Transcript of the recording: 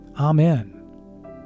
Amen